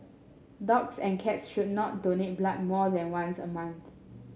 dogs and cats should not donate blood more than once a month